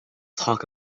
talk